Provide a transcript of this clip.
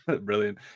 Brilliant